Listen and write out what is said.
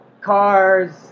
cars